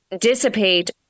dissipate